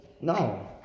no